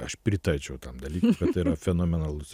aš pritarčiau tam dalykui kad tai yra fenomenalus